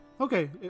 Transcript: Okay